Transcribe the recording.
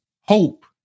hope